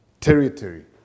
territory